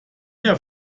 mehr